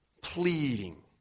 pleading